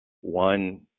one